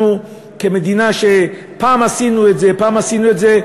אנחנו מדינה שפעם עשתה את זה,